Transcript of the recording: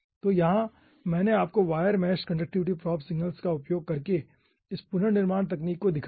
तो यहाँ मैंने आपको wire mesh conductivity probe signals का उपयोग करके इस पुनर्निर्माण तकनीक को दिखाया है